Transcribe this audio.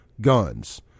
guns